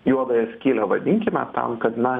juodąją skylę vadinkime tam kad na